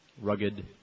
rugged